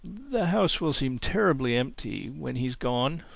the house will seem terribly empty when he's gone.